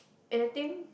and I think